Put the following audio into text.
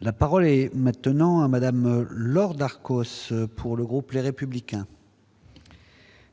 La parole est à Mme Laure Darcos, pour le groupe Les Républicains.